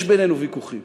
יש בינינו ויכוחים.